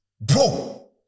Bro